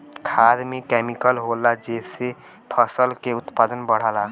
खाद में केमिकल होला जेसे फसल के उत्पादन बढ़ला